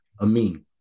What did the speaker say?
Amin